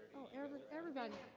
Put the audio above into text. so and there? everybody,